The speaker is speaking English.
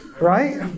right